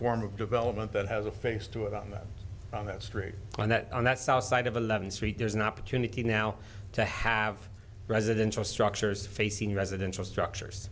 form of development that has a face to it on that on that street and that on that south side of eleven street there's an opportunity now to have residential structures facing residential structures